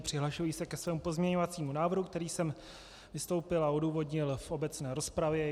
Přihlašuji se ke svému pozměňovacímu návrhu, se kterým jsem vystoupil a odůvodnil v obecné rozpravě.